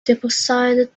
deposited